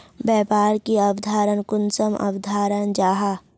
व्यापार की अवधारण कुंसम अवधारण जाहा?